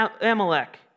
Amalek